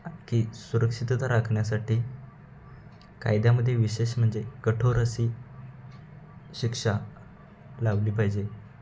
अख्खी सुरक्षितता राखण्यासाठी कायद्यामध्ये विशेष म्हणजे कठोर अशी शिक्षा लावली पाहिजे